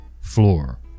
floor